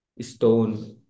stone